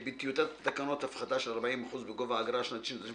בטיוטת התקנות הפחתה של 40% בגובה האגרה השנתית שנדרשים